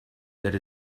that